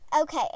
Okay